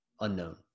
unknown